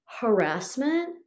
Harassment